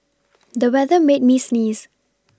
the weather made me sneeze